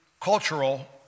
cultural